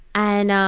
and,